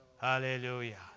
hallelujah